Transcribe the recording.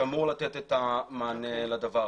שאמור לתת את המענה לזה.